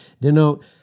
denote